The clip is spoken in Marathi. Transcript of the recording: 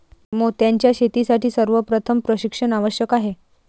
मोत्यांच्या शेतीसाठी सर्वप्रथम प्रशिक्षण आवश्यक आहे